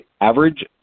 average